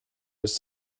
was